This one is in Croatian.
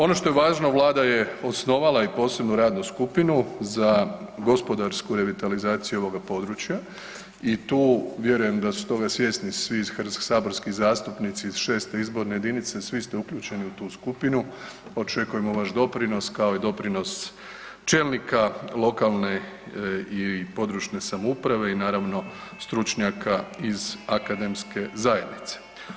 Ono što je važno, Vlada je osnovala i posebnu radnu skupinu za gospodarsku revitalizaciju ovoga područja i tu vjerujem da su toga svjesni svi saborski zastupnici iz 6. izborne jedinice, svi ste uključeni u tu skupinu, očekujemo vaš doprinos kao i doprinos čelnika lokalne i područne samouprave i naravno stručnjaka iz akademske zajednice.